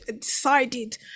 decided